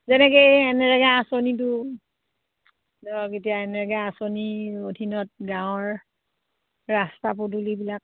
যেনেকৈ এই এনৰেগা আঁচনিটো ধৰক এতিয়া এনৰেগা আঁচনি অধীনত গাঁৱৰ ৰাস্তা পদূলিবিলাক